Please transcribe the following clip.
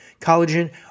collagen